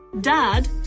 Dad